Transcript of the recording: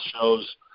shows